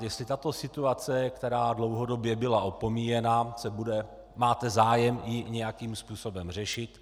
Jestli tuto situaci, která dlouhodobě byla opomíjena, máte zájem nějakým způsobem řešit.